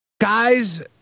guys